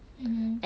mmhmm